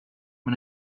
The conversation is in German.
man